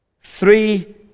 three